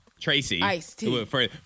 Tracy